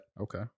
Okay